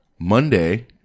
Monday